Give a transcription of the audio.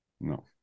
No